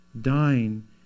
dying